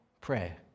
prayer